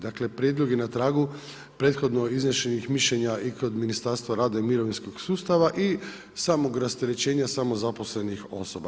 Dakle, prijedlog je na tragu prethodno iznošenih mišljenja i kod Ministarstva rada i mirovinskog sustava i samog rasterećenja samozaposlenih osoba.